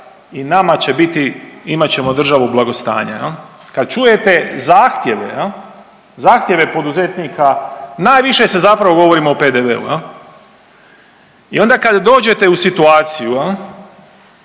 i nama će biti, imat ćemo državu blagostanja. Kad čujete zahtjeve, je li, zahtjeve poduzetnika, najviše se zapravo govorimo o PDV-u i onda kad dođete u situaciju